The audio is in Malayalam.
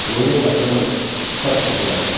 ഓരോ വർഷങ്ങളും ചർച്ച ചെയ്യാറുണ്ട്